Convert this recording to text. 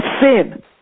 sin